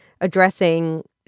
addressing